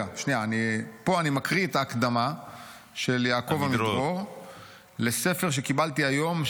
פה אני מקריא את ההקדמה של יעקב עמידרור לספר שקיבלתי היום,